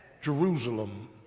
Jerusalem